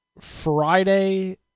friday